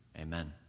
amen